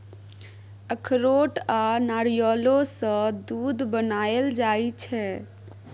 अखरोट आ नारियलो सँ दूध बनाएल जाइ छै